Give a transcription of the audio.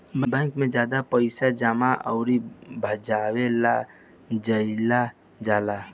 bank में ज्यादे पइसा जमा अउर भजावे ला जाईल जाला